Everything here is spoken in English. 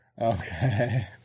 Okay